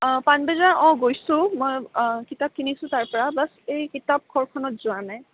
পাণবজাৰ গৈছো মই কিতাপ কিনিছোঁ তাৰ পৰা বাচ এই কিতাপ ঘৰখনত যোৱা নাই